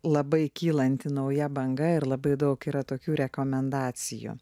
labai kylanti nauja banga ir labai daug yra tokių rekomendacijų